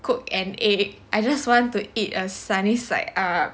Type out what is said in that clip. cook an egg I just want to eat a sunny side up